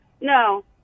No